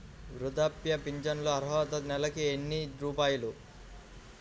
వృద్ధాప్య ఫింఛను అర్హత నెలకి ఎన్ని రూపాయలు?